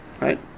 Right